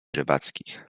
rybackich